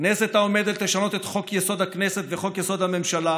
כנסת העומדת לשנות את חוק-יסוד: הכנסת וחוק-יסוד: הממשלה